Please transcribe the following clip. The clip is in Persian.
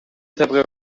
طبق